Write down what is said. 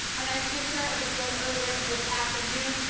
and nice picture of the field earlier this afternoon.